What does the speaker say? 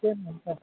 किए ने हेतै